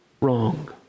wrong